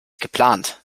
geplant